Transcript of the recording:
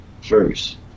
first